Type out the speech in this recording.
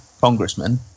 congressman